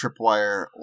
tripwire